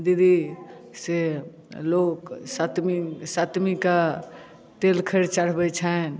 दीदी से लोक सप्तमी सप्तमी के तेल खैर चढ़बै छनि